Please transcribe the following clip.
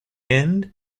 end